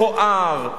מכוער,